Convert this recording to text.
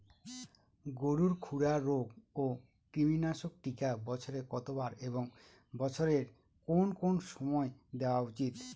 গরুর খুরা রোগ ও কৃমিনাশক টিকা বছরে কতবার এবং বছরের কোন কোন সময় দেওয়া উচিৎ?